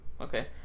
okay